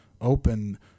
open